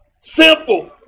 Simple